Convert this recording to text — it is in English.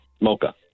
Mocha